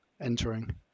entering